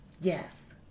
Yes